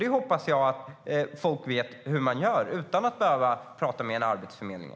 Det hoppas jag att folk vet hur man gör utan att behöva prata med en arbetsförmedlare.